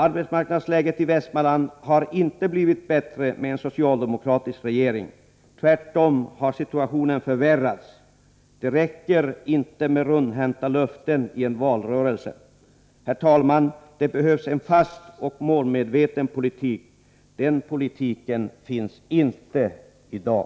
Arbetsmarknadsläget i Västmanland har inte blivit bättre med en socialdemokratisk regering. Tvärtom har situationen förvärrats. Det räcker inte med rundhänta löften i en valrörelse. Herr talman! Det behövs en fast och målmedveten politik. Den politiken förs inte i dag.